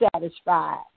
satisfied